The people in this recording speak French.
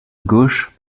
gauche